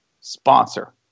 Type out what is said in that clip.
Sponsor